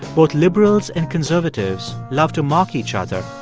both liberals and conservatives love to mock each other.